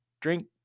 drink